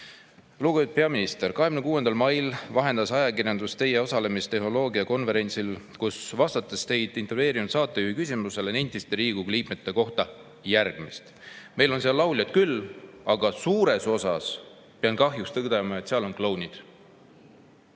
Lugupeetud peaminister, 26. mail vahendas ajakirjandus teie osalemist tehnoloogiakonverentsil, kus te vastates teid intervjueerinud saatejuhi küsimusele, nentisite Riigikogu liikmete kohta järgmist: "Meil on seal lauljaid küll, aga suures osas, pean kahjuks tõdema, on seal klounid."